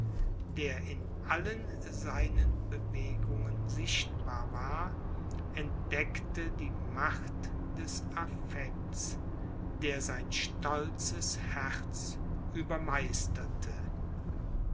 der in allen seinen bewegungen sichtbar war entdeckte die macht des affekts der sein stolzes herz